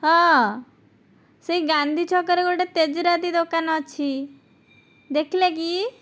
ହଁ ସେହି ଗାନ୍ଧୀଛକରେ ଗୋଟିଏ ତେଜରାତି ଦୋକାନ ଅଛି ଦେଖିଲେ କି